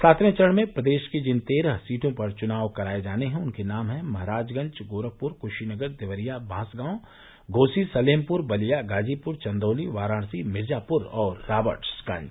सातवें चरण में प्रदेश की जिन तेरह सीटों पर चुनाव कराये जाने हैं उनके नाम हैं महराजगंज गोरखपुर कूशीनगर देवरिया बांसगांव घोसी सलेमपुर बलिया गाजीपुर चन्दौली वाराणसी मिर्जापुर और राबर्ट्सगंज